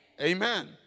Amen